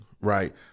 right